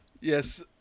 Yes